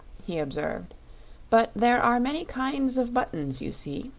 he observed but there are many kinds of buttons, you see.